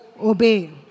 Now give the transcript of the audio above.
obey